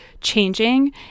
changing